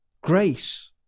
grace